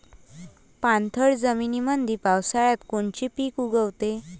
पाणथळ जमीनीमंदी पावसाळ्यात कोनचे पिक उगवते?